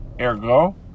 Ergo